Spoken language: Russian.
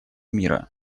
мира